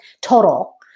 total